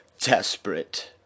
desperate